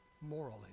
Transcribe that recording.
Morally